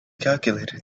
calculator